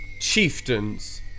chieftains